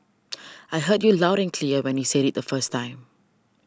I heard you loud and clear when you said it the first time